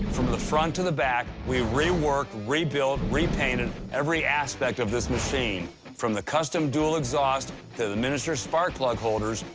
from the front to the back, we reworked, rebuilt, repainted every aspect of this machine. from the custom dual exhaust to the miniature spark plug holders,